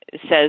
says